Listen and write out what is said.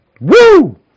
Woo